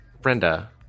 Brenda